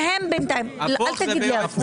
אל תגיד לי הפוך.